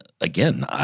again